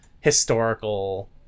historical